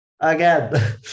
again